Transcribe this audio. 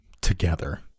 together